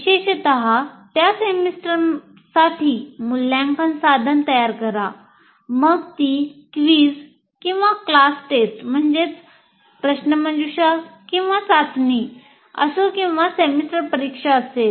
विशेषतः त्या सेमेस्टरसाठी मूल्यांकन साधन तयार करा मग ती क्विझ किंवा क्लास टेस्ट असो किंवा सेमेस्टर परीक्षा असेल